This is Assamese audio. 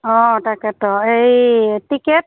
অঁ তাকেটো এই টিকেট